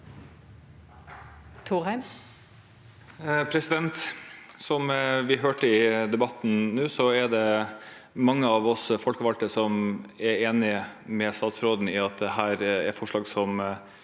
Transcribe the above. Thorheim (H) Som vi hørte i debatten nå, er det mange av oss folkevalgte som er enig med statsråden i at dette er forslag som